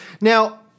Now